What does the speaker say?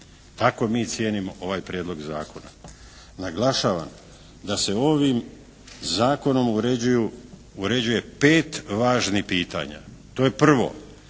Tako mi cijenimo ovaj prijedlog zakona. Naglašavam da se ovim zakonom uređuje pet važnih pitanja. To je prvo.